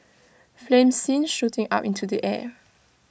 flames seen shooting up into the air